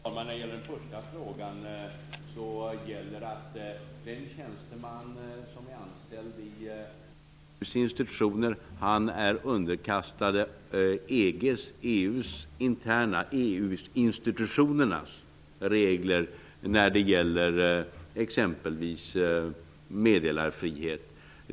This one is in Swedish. Fru talman! Vad beträffar den första frågan gäller att en tjänsteman som är anställd i EU:s institutioner är underkastad EU-institutionernas regler för exempelvis meddelarfrihet.